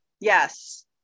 Yes